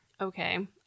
Okay